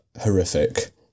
horrific